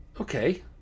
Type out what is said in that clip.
Okay